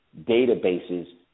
databases